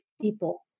people